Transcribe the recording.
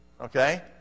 okay